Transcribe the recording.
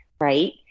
right